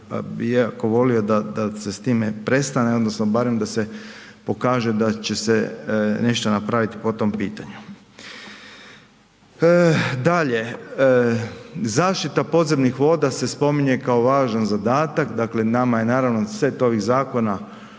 jako volio da se s time prestane odnosno barem da se pokaže da će se nešto napraviti po tom pitanju. Dalje, zaštita podzemnih voda se spominje kao važan zadatak, dakle nama je naravno set ovih zakona ima